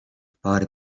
parę